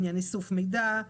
בעניין איסוף מידע,